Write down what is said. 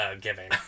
giving